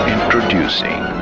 Introducing